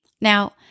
Now